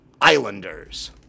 Islanders